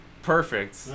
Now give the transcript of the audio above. perfect